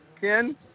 Ken